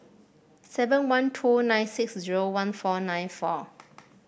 seven one two nine six zero one four nine four